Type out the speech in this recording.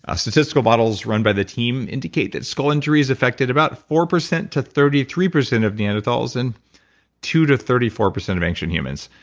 ah statistical models run by the team indicate that skull injuries affected about four percent to thirty three percent of neanderthals and two to thirty four percent of ancient humans.